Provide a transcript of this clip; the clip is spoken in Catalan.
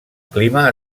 clima